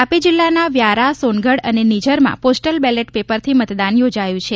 તાપી જિલ્લાના વ્યારા સોનગઢ અને નિઝરમાં પોસ્ટલ બેલેટ પેપરથી મતદાન યોજાયું છે